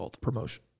promotion